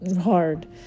hard